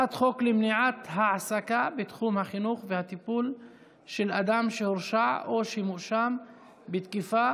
בתחום החינוך והטיפול של אדם שהורשע או שמואשם בתקיפה